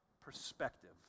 perspective